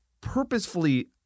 purposefully